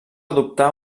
adoptar